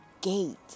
Gate